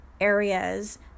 areas